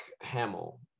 Hamill